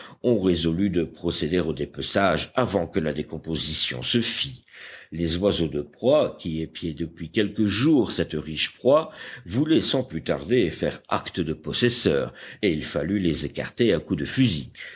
on résolut de procéder au dépeçage avant que la décomposition se fît les oiseaux de proie qui épiaient depuis quelques jours cette riche proie voulaient sans plus tarder faire acte de possesseurs et il fallut les écarter à coups de fusil